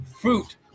Fruit